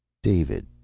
david?